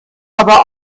aber